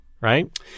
right